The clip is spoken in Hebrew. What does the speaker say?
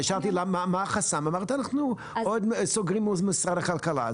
אני שאלתי מה החסם ואמרת אנחנו עוד סוגרים מול משרד הכלכלה.